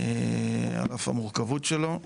על אף המורכבות שלו,